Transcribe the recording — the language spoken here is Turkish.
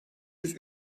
yüz